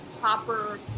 proper